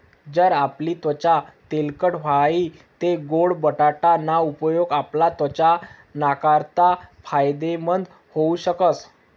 जर आपली त्वचा तेलकट व्हयी तै गोड बटाटा ना उपेग आपला त्वचा नाकारता फायदेमंद व्हऊ शकस